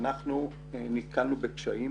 אנחנו נתקלנו בקשיים.